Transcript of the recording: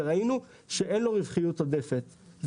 וראינו שאין לו רווחיות עודפת,